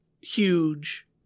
huge